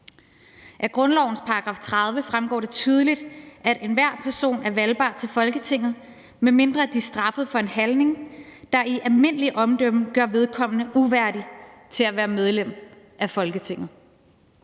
Af grundlovens § 30 fremgår det tydeligt, at enhver person er valgbar til Folketinget, medmindre vedkommende er straffet for en handling, der er i almindeligt omdømme gør vedkommende uværdig til at være medlem af Folketinget.